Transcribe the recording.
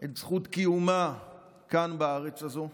את זכות קיומה כאן בארץ הזו.